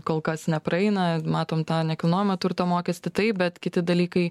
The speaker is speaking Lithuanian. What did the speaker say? kol kas nepraeina matom tą nekilnojamo turto mokestį taip bet kiti dalykai